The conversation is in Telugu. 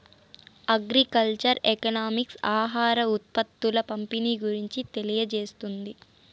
అగ్రికల్చర్ ఎకనామిక్స్ ఆహార ఉత్పత్తుల పంపిణీ గురించి తెలియజేస్తుంది